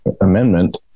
amendment